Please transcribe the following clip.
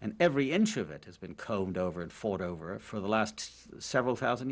and every inch of it has been combed over and fought over for the last several thousand